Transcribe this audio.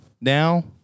now